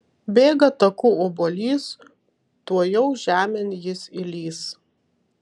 bėga taku obuolys tuojau žemėn jis įlįs